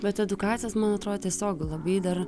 bet edukacijos man atrodo tiesiog labai dar